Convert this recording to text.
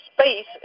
space